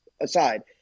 aside